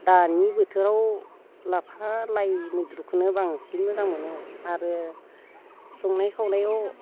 दानि बोथोराव लाफा लाइ मैद्रुखोनो बांसिन मोजां मोनो आरो संनाय खावनायाव